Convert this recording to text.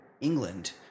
england